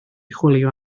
chwilio